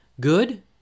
good